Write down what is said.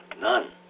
None